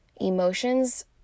emotions